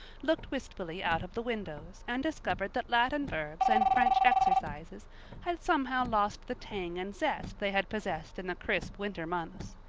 looked wistfully out of the windows and discovered that latin verbs and french exercises had somehow lost the tang and zest they had possessed in the crisp winter months.